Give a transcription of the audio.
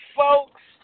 folks